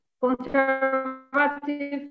conservative